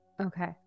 Okay